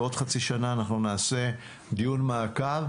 בעוד חצי שנה אנחנו נעשה דיון מעקב,